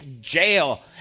jail